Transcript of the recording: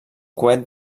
coet